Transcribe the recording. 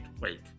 wait